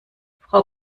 frau